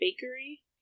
bakery